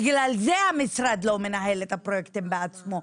בגלל זה המשרד לא מנהל את הפרויקטים בעצמו.